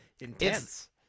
intense